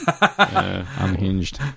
Unhinged